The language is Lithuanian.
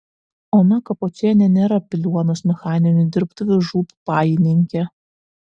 ona kapočienė nėra piliuonos mechaninių dirbtuvių žūb pajininkė